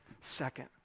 second